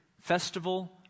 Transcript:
festival